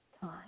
time